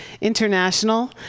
international